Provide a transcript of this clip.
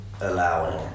allowing